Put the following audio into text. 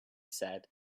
said